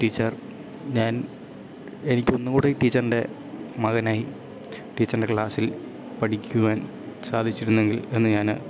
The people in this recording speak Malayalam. ടീച്ചർ ഞാൻ എനിക്കൊന്നു കൂടി ടീച്ചറിൻ്റെ മകനായി ടീച്ചറിൻ്റെ ക്ലാസ്സിൽ പഠിക്കുവാൻ സാധിച്ചിരുന്നെങ്കിൽ എന്നു ഞാൻ